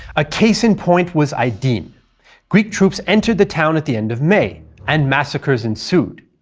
a case in point was aydin. greek troops entered the town at the end of may, and massacres ensued.